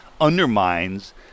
undermines